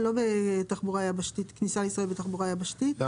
לא על כניסה לישראל בתחבורה יבשתית, נכון?